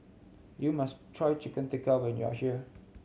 you must try Chicken Tikka when you are here